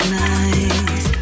nice